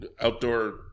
outdoor